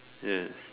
yes